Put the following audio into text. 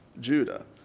Judah